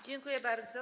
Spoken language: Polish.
Dziękuję bardzo.